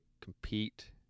compete